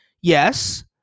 Yes